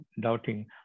doubting